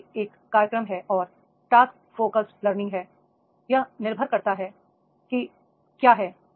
जो कि एक कार्यक्रम है और टास्क फोकस लर्निंग है यह निर्भर करता है कि क्या है